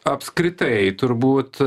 apskritai turbūt